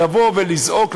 לבוא ולזעוק,